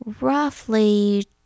roughly